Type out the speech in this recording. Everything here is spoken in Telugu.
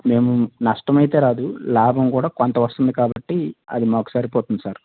మేము నష్టం అయితే రాదు లాభం కుడా కొంత వస్తుంది కాబట్టి అది మాకు సరిపోతుంది సార్